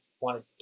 wanted